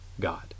God